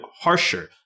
harsher